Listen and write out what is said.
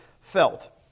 felt